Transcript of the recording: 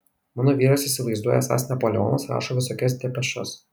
mano vyras įsivaizduoja esąs napoleonas rašo visokias depešas